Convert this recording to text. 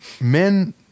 men